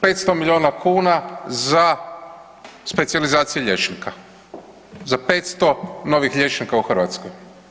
500 milijuna kuna za specijalizacije liječnika, za 500 novih liječnika u Hrvatskoj.